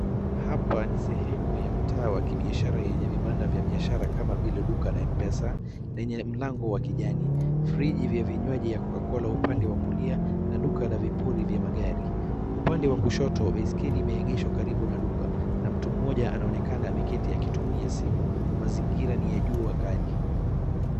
Hapa ni sehemu ya mtaa wa kibiashara yenye vibanda vya biashara kama vile duka la Mpesa lenye mlango wa kijani. Friji vya vinywaji vya Cocacola upande wa kulia na duka la vipuli vya magari. Upande wa kushoto baiskeli imeegeshwa karibu na duka na mtu mmoja anaonekana ameketi akitumia simu. Mazingira ni ya jua kali.